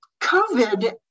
COVID